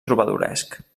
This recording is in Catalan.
trobadoresc